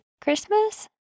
Christmas